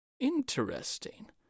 Interesting